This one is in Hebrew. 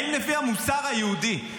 האם לפי המוסר היהודי,